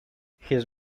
his